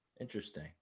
interesting